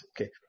okay